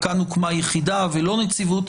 כאן הוקמה יחידה ולא נציבות.